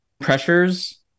pressures